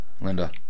Linda